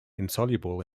insoluble